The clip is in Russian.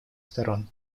сторон